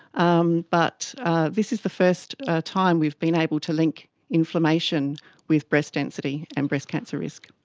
um but this is the first time we've been able to link inflammation with breast density and breast cancer risk.